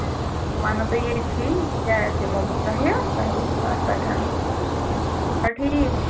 بہٕ وَنہو تۅہہِ ییٚتھٕے کیٛاہ دِمہو بہٕ تۄہہِ تُہۍ وُچھِو تتھ پٮ۪ٹھ ٹھیٖک